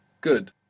Good